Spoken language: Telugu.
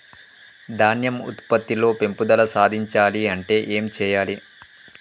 ధాన్యం ఉత్పత్తి లో పెంపుదల సాధించాలి అంటే ఏం చెయ్యాలి?